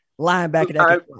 linebacker